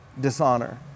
dishonor